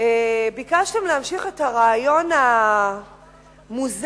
ביקשתם להמשיך את הרעיון המוזר,